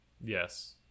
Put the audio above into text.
Yes